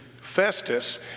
Festus